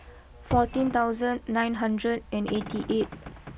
I am particular about my Kuih Bingka Ubi